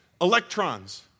electrons